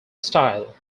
style